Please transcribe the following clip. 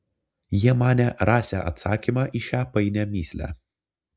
jie manė rasią atsakymą į šią painią mįslę